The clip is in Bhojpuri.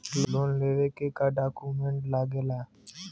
लोन लेवे के का डॉक्यूमेंट लागेला?